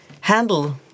handle